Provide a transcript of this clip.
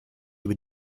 über